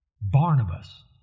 Barnabas